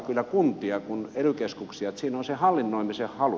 siinä on se hallinnoimisen halu